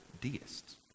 deists